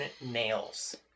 nails